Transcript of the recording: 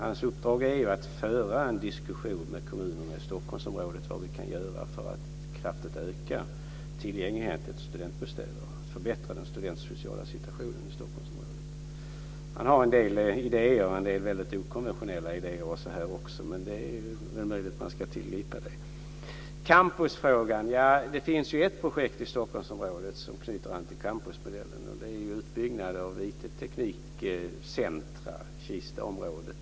Hans uppdrag är ju att föra en diskussion med kommunerna i Stockholmsområdet om vad vi kan göra för att kraftigt öka tillgängligheten till studentbostäder och förbättra den studentsociala situationen i Stockholmsområdet. Han har en del idéer, också en del väldigt okonventionella idéer. Men det är möjligt att man ska tillgripa det. Så till campusfrågan. Ja, det finns ju ett projekt i Stockholmsområdet som knyter an till campusmodellen och det är utbyggnaden av IT-teknikcentrum i Kistaområdet.